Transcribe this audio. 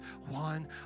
one